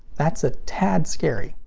that's a tad scary.